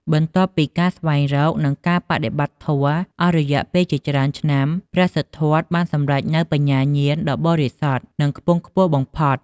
បន្ទាប់ពីការស្វែងរក និងការបដិបត្តិធម៌អស់រយៈពេលជាច្រើនឆ្នាំ ព្រះសិទ្ធត្ថបានសម្រេចនូវបញ្ញាញាណដ៏បរិសុទ្ធ និងខ្ពង់ខ្ពស់បំផុត។